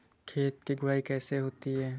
खेत की गुड़ाई कैसे होती हैं?